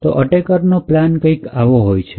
તો અટેકેટ નો પ્લાન કંઇક આવો હોય છે